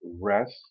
rest